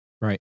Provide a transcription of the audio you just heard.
right